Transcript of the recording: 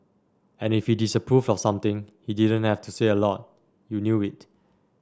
and if he disapproved of something he didn't have to say a lot you knew it